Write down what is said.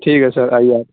ٹھیک ہے سر آئیے آپ